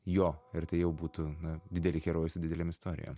jo ir tai jau būtų na dideli herojai su didelėm istorijom